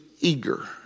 eager